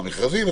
מכרזים,